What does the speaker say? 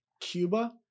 Cuba